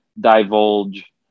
divulge